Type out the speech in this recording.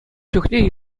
чухне